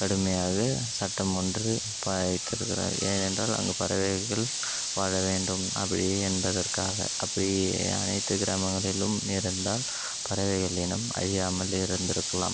கடுமையாக சட்டம் ஒன்று பா வைத்திருக்கிறோம் ஏனென்றால் அங்கு பறவைகள் வாழ வேண்டும் அப்படி என்பதற்காக அப்படி அனைத்து கிராமங்களிலும் இருந்தால் பறவைகள் இனம் அழியாமல் இருந்திருக்கலாம்